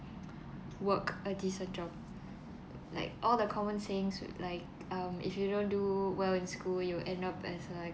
work a decent job like all the common sayings with like um if you don't do well in school you end up as like